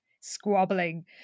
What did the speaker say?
squabbling